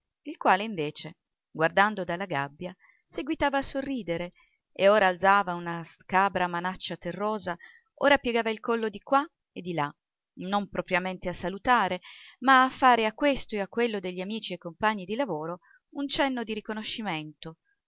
il quale invece guardando dalla gabbia seguitava a sorridere e ora alzava una scabra manaccia terrosa ora piegava il collo di qua e di là non propriamente a salutare ma a fare a questo e a quello degli amici e compagni di lavoro un cenno di riconoscimento